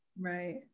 Right